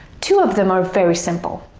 two of them are very simple.